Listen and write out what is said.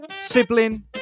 sibling